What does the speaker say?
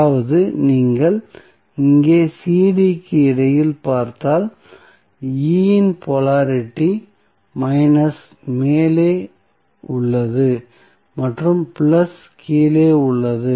அதாவது நீங்கள் இங்கே cd க்கு இடையில் பார்த்தால் E இன் போலாரிட்டி மைனஸ் மேலே உள்ளது மற்றும் பிளஸ் கீழே உள்ளது